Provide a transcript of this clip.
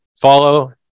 Follow